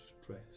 stress